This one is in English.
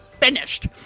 finished